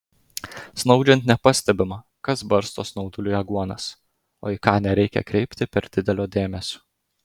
snaudžiant nepastebima kas barsto snauduliui aguonas o į ką nereikia kreipti per didelio dėmesio